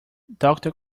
doctor